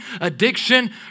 addiction